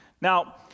Now